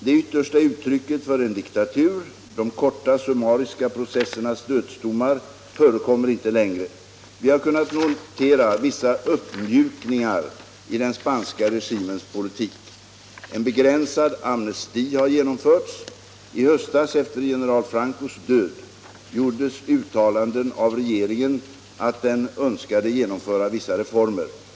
Det yttersta uttrycket för en diktatur — de korta summariska processernas dödsdomar — förekommer inte längre. Vi har kunnat notera vissa uppmjukningar i den spanska regimens politik. En begränsad amnesti har genomförts. I höstas, efter general Francos död, gjordes uttalanden av regeringen att den önskade genomföra vissa reformer.